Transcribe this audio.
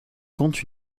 compte